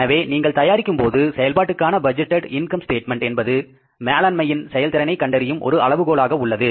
எனவே நீங்கள் தயாரிக்கும்போது செயல்பாட்டுக்கான பட்ஜெட்டேட் இன்கம் ஸ்டேட்மென்ட் என்பது மேலாண்மையின் செயல்திறனை கண்டறியும் ஒரு அளவுகோலாக உள்ளது